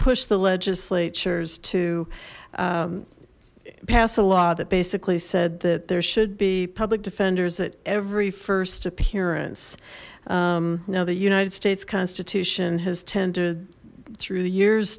push the legislators to pass a law that basically said that there should be public defenders at every first appearance now the united states constitution has tended through the years